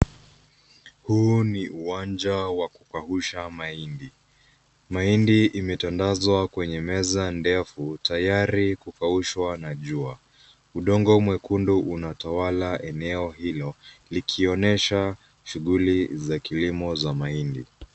Huu ni uwanja wa kukausha mahindi. Mahindi imetandazwa kwenye meza ndefu tayari kukaushwa na jua. Udongo mwekundu unatawala eneo hilo likionyesha shughuli za kilimo za mahindi.